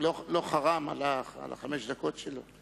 לא חראם על חמש הדקות שלו?